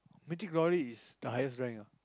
Mythic-Glory is the highest rank ah